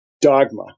dogma